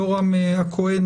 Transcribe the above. יורם הכהן,